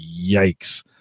Yikes